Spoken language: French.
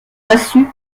massue